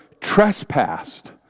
trespassed